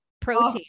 protein